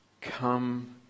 come